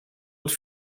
het